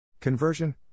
conversion